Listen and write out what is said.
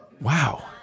Wow